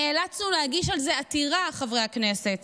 נאלצנו להגיש על זה עתירה, חברי הכנסת.